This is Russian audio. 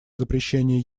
запрещении